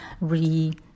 re